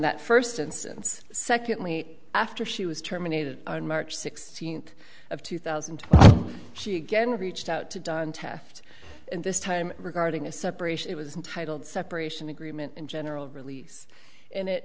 that first instance secondly after she was terminated on march sixteenth of two thousand she again reached out to diane taft and this time regarding a separation it was entitled separation agreement and general release and it